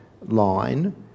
line